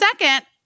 second